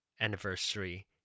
anniversary